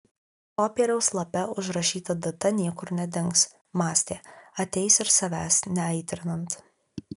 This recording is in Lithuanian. popieriaus lape užrašyta data niekur nedings mąstė ateis ir savęs neaitrinant